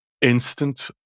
instant